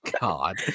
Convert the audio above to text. god